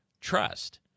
trust